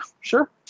sure